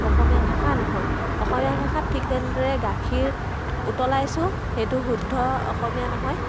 অসমীয়া ভাষা নহয় অসমীয়া ভাষাত ঠিক তেনেদৰে গাখীৰ উতলাইছোঁ সেইটো শুদ্ধ অসমীয়া নহয়